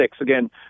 Again